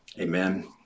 Amen